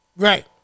Right